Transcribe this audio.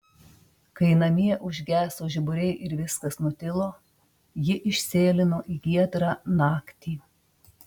kai namie užgeso žiburiai ir viskas nutilo ji išsėlino į giedrą naktį